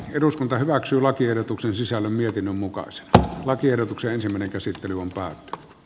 eduskunta hyväksyi lakiehdotuksen sisällä mietinnön mukaiset lakiehdotukseen selventäisi tiloilta